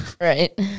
Right